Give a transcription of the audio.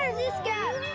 and this go?